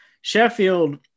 Sheffield